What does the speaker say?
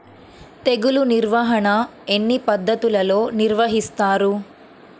తెగులు నిర్వాహణ ఎన్ని పద్ధతులలో నిర్వహిస్తారు?